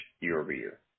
year-over-year